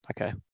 okay